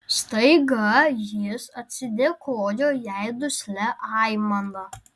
staiga jis atsidėkojo jai duslia aimana